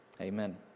amen